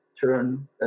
turn